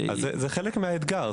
זה חלק מהאתגר.